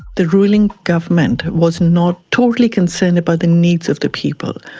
the ruling government was not totally concerned about the needs of the people.